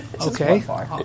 okay